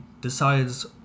decides